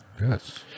Yes